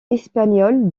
espagnole